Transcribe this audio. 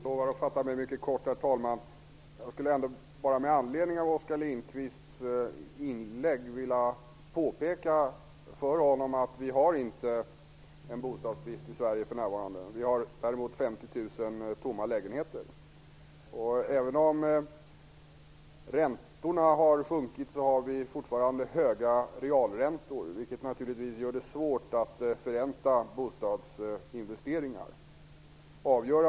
Herr talman! Jag skulle med anledning av Oskar Lindkvists inlägg bara vilja påpeka för honom att vi inte har en bostadsbrist i Sverige för närvarande. Vi har däremot 50 000 tomma lägenheter. Även om räntorna har sjunkit, har vi fortfarande höga realräntor, vilket naturligtvis gör det svårt att förränta bostadsinvesteringar.